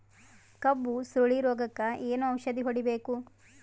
ಕಬ್ಬು ಸುರಳೀರೋಗಕ ಏನು ಔಷಧಿ ಹೋಡಿಬೇಕು?